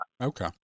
Okay